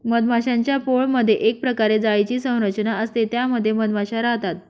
मधमाश्यांच्या पोळमधे एक प्रकारे जाळीची संरचना असते त्या मध्ये मधमाशा राहतात